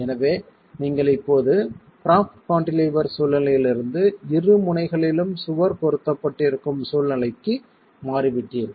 எனவே நீங்கள் இப்போது ப்ராப்ட் கான்டிலீவர் சூழ்நிலையிலிருந்து இரு முனைகளிலும் சுவர் பொருத்தப்பட்டிருக்கும் சூழ்நிலைக்கு மாறிவிட்டீர்கள்